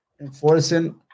Enforcing